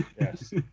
Yes